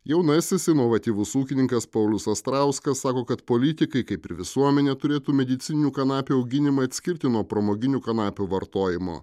jaunasis inovatyvus ūkininkas paulius astrauskas sako kad politikai kaip ir visuomenė turėtų medicininių kanapių auginimą atskirti nuo pramoginių kanapių vartojimo